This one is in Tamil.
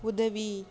உதவி